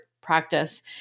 practice